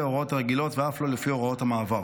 ההוראות הרגילות ואף לא לפי הוראות המעבר.